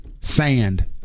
Sand